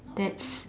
that's